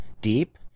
deep